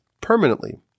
permanently